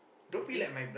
I think